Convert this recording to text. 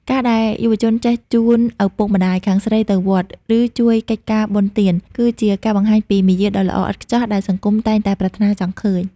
ការដែលយុវជនចេះ "ជូនឪពុកម្ដាយខាងស្រីទៅវត្ត" ឬជួយកិច្ចការបុណ្យទាន គឺជាការបង្ហាញពីមារយាទដ៏ល្អឥតខ្ចោះដែលសង្គមតែងតែប្រាថ្នាចង់ឃើញ។